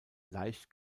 leicht